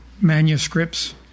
manuscripts